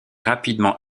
rapidement